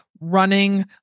running